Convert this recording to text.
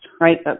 right